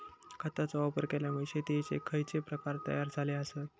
खतांचे वापर केल्यामुळे शेतीयेचे खैचे प्रकार तयार झाले आसत?